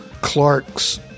Clark's